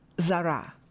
zara